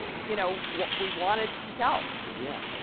you know, we wanted to tell yeah.